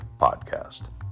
Podcast